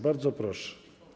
Bardzo proszę.